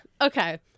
okay